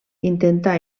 intentà